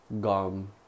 gum